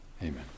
Amen